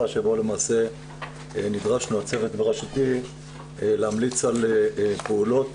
שבה למעשה נדרשנו הצוות בראשותי להמליץ על פעולות